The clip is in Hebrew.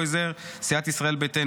סיעת עוצמה יהודית,